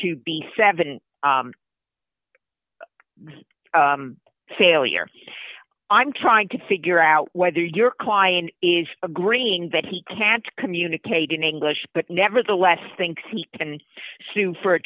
to be seven failure i'm trying to figure out whether your client is agreeing that he can't communicate in english but nevertheless thinks he can sue for